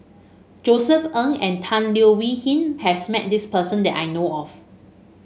Josef Ng and Tan Leo Wee Hin has met this person that I know of